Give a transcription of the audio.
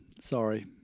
sorry